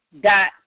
dot